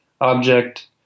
object